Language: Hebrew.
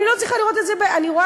אני רואה את זה בעצמי,